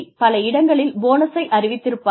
பல இடங்களில் போனஸை அறிவித்திருப்பார்கள்